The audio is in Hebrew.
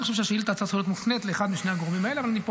אני חושב שהשאילתה הייתה צריכה להיות מופנית לאחד משני הגורמים האלה,